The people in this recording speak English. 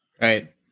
Right